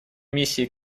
миссией